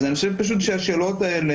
אז אני חושב שאת השאלות האלה,